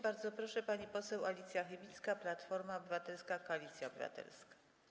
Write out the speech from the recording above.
Bardzo proszę, pani poseł Alicja Chybicka, Platforma Obywatelska - Koalicja Obywatelska.